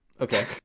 okay